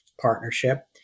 partnership